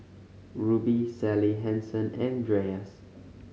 Rubi Sally Hansen and Dreyers